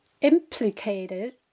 implicated